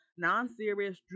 non-serious